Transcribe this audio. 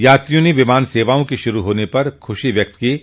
यात्रियों ने विमान सेवाओं के शुरू होने पर खुशी जाहिर की है